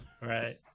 right